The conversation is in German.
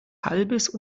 halbes